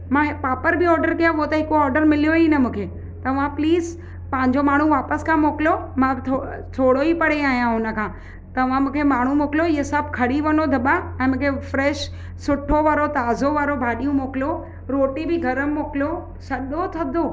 मां पापड़ बि ऑडर कया हुओ त हिकु ऑडर मिलियो ई न मूंखे तव्हां प्लीज़ पंहिंजो माण्हू वापसि खां मोकिलियो मां थो थोरो ई परे आहियां हुन खां तव्हां मूंखे माण्हू मोकिलियो इहे सभु खणी वञो दॿा ऐं मूंखे फ़्रेश सुठो वारो ताज़ो वारी भाॼियूं मोकिलियो रोटी बि गरमु मोकिलियो सॼो थधो